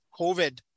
COVID